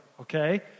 okay